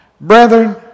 Brethren